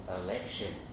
election